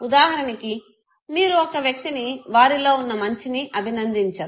ఉదాహరణకి మీరు ఒక వ్యక్తిని వారిలో వున్న మంచిని అభినందించరు